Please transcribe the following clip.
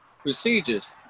procedures